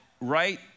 right